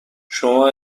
شما